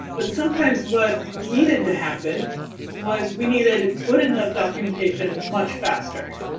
but sometimes what needed to happen was we needed good enough documentation much faster,